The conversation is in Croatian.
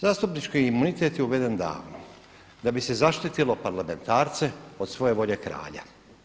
Zastupnički imunitet je uveden davno da bi se zaštitilo parlamentarce od svoje volje kralja.